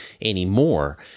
anymore